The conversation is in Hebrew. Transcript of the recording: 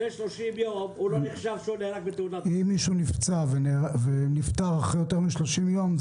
אם מישהו נפצע ונפטר אחרי תום שלושים יום,